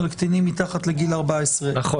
על קטינים מתחת לגיל 14. נכון.